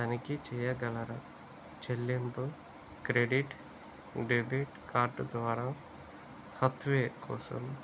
తనిఖీ చెయ్యగలరా చెల్లింపు క్రెడిట్ డెబిట్ కార్డ్ ద్వారా హాత్వే కోసం